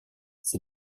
ces